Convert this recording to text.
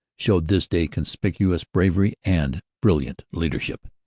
showed this day conspicuous bravery and brilliant leadership.